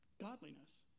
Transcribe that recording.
godliness